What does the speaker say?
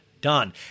done